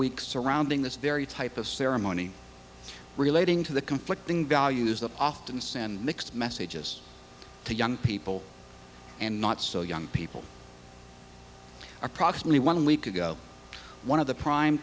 weeks surrounding this very type of ceremony relating to the conflicting values that often send mixed messages to young people and not so young people approximately one week ago one of the prime